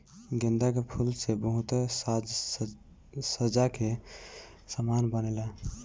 गेंदा के फूल से बहुते साज सज्जा के समान बनेला